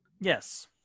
yes